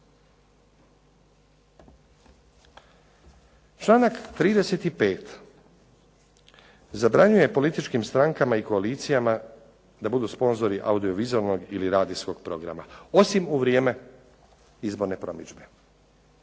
Članak 35. zabranjuju političkim strankama i koalicijama da budu sponzori audio-vizualnog ili radijskog programa osim u vrijeme izborne promidžbe